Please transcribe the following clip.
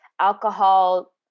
alcohol